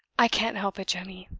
i can't help it, jemmy,